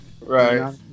Right